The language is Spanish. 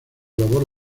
labor